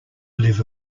live